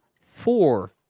four